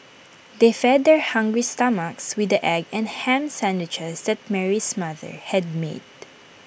they fed their hungry stomachs with the egg and Ham Sandwiches that Mary's mother had made